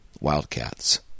Wildcats